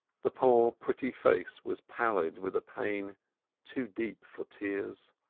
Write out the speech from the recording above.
the poor, pretty face was pallid with a pain too deep for tears.